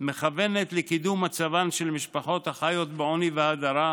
מכוונת לקידום מצבן של משפחות החיות בעוני ובהדרה,